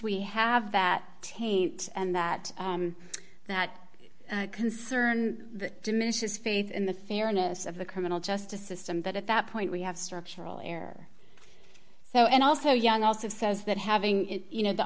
we have that taint and that that concern diminishes faith in the fairness of the criminal justice system that at that point we have structural air so and also young also says that having it you know the